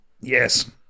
Yes